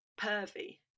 pervy